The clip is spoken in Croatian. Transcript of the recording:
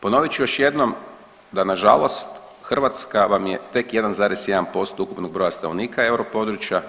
Ponovit ću još jednom, da na žalost Hrvatska vam je tek 1,1% ukupnog broja stanovnika euro područja.